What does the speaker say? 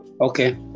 okay